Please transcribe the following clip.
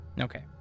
Okay